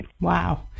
wow